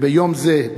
וביום זה,